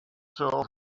soul